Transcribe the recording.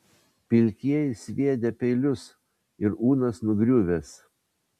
pilkieji sviedę peilius ir unas nugriuvęs